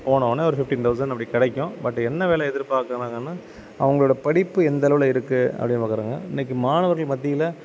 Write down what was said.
போன ஒடனே ஒரு ஃபிஃப்டீன் தௌசன் அப்படி கிடைக்கும் பட் என்ன வேலை எதிர்பார்க்குறாங்கன்னா அவங்களோட படிப்பு எந்த அளவில் இருக்குது அப்படின்னு பார்க்குறாங்க இன்றைக்கி மாணவர்கள் மத்தியில்